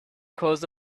caused